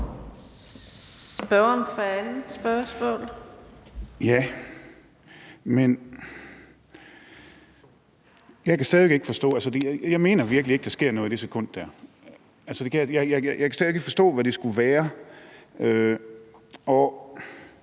Torsten Gejl (ALT): Jeg kan stadig væk ikke forstå det. Jeg mener virkelig ikke, at der sker noget i det sekund. Jeg kan stadig ikke forstå, hvad det skulle være. Med